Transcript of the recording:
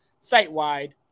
site-wide